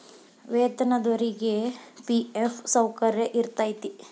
ವೇತನದೊರಿಗಿ ಫಿ.ಎಫ್ ಸೌಕರ್ಯ ಇರತೈತಿ